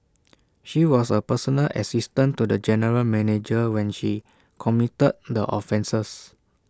she was A personal assistant to the general manager when she committed the offences